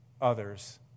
others